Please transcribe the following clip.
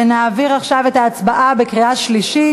ונעבור עכשיו להצבעה בקריאה שלישית.